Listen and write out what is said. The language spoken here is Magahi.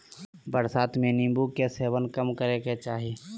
बरसात में नीम्बू के सेवन कम करे के चाही